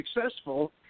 successful